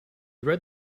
read